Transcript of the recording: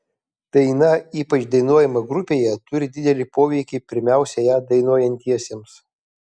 daina ypač dainuojama grupėje turi didelį poveikį pirmiausia ją dainuojantiesiems